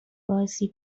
بازی